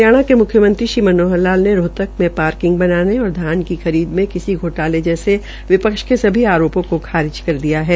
हरियाणा के मुख्यमंत्री श्री मनोरह लाल ने रोहतक में पार्किंग बनाने और धान की खरीद में किसी घोटाले जैसे विपक्ष के सभी आरोपो को खारिज कर दिया है